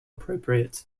appropriate